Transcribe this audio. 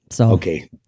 Okay